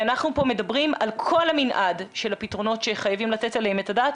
אנחנו פה מדברים על כל המנעד של הפתרונות שחייבים לתת עליהם את הדעת,